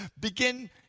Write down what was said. Begin